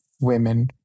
women